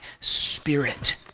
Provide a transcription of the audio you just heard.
spirit